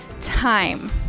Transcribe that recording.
time